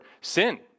sin